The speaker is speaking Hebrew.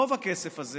רוב הכסף הזה